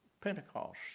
Pentecost